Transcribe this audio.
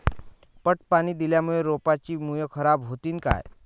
पट पाणी दिल्यामूळे रोपाची मुळ खराब होतीन काय?